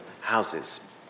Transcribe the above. houses